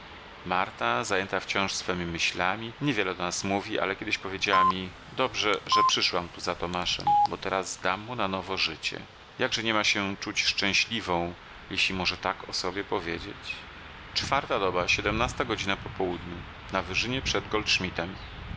marta zajęta wciąż swemi myślami nie wiele do nas mówi ale kiedyś powiedziała mi dobrze że przyszłam tu za tomaszem bo teraz dam mu na nowo życie jakże nie ma się czuć szczęśliwą jeżeli może tak o sobie powiedzieć skończyły się już równiny jesteśmy w górach ciągnących się